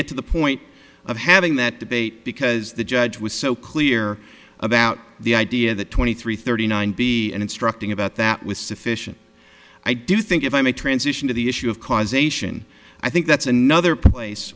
get to the point of having that debate because the judge was so clear about the idea that twenty three thirty nine b and instructing about that was sufficient i do think if i may transition to the issue of causation i think that's another place